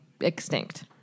extinct